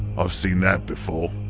i've seen that before.